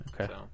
Okay